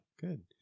good